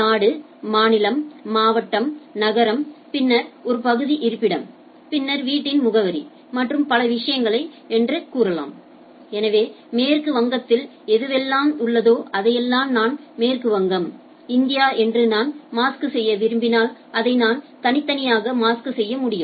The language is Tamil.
நாடு மாநிலம் மாவட்டம் நகரம் பின்னர் ஒரு பகுதி இருப்பிடம் பின்னர் வீட்டின் முகவரி மற்றும் பல விஷயங்களை என்று கூறலாம் எனவே மேற்கு வங்கத்தில் எதுவெல்லாம் உள்ளதோ அதையெல்லாம் நான் மேற்கு வங்கம் இந்தியா என்று நான் மாஸ்க் செய்ய விரும்பினால் இதை நான் தனித்தனியாக மாஸ்க் செய்ய முடியும்